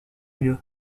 mieux